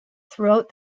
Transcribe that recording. throughout